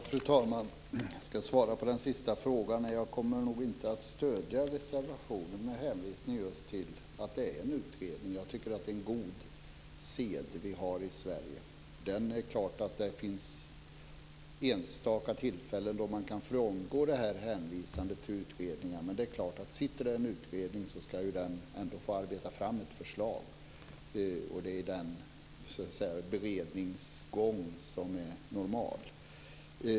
Fru talman! Jag ska svara på det som Helena Bargholtz sade sist. Nej, jag kommer nog inte att stödja reservationen, med hänvisning just till att det finns en utredning. Jag tycker att det är en god sed vi har i Sverige. Det är klart att det finns enstaka tillfällen då man kan frångå hänvisningen till utredningar, men den normala beredningsgången är att en utredning som sitter ska få arbeta fram ett förslag.